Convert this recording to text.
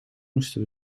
moesten